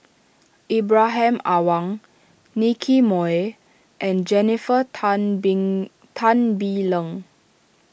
Ibrahim Awang Nicky Moey and Jennifer Tan Bee Tan Bee Leng